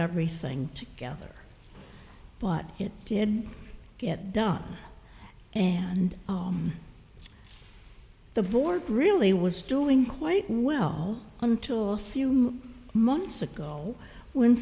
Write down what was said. everything together but it did get done and the board really was doing quite well until a few months ago when